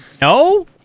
no